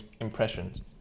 impressions